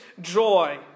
joy